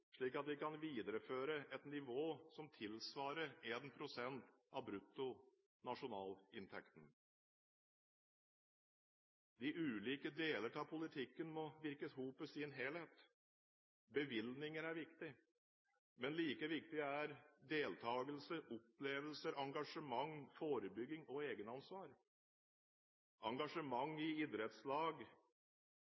slik at vi kan videreføre et nivå som tilsvarer 1 pst. av bruttonasjonalinntekten. De ulike delene av politikken må virke sammen i en helhet. Bevilgninger er viktig, men like viktig er deltakelse, opplevelser, engasjement, forebygging og